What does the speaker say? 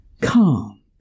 calm